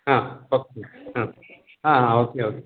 आ okay आ आ okay आ